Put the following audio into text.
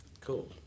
cool